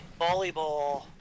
volleyball